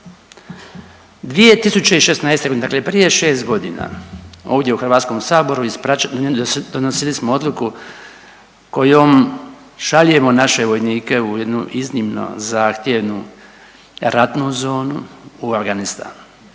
2016.g. dakle prije šest godina ovdje u HS-u donosili smo odluku kojom šaljemo naše vojnike u jednu iznimno zahtjevnu ratnu zonu u Afganistan.